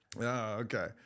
Okay